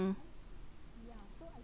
mm